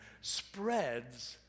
spreads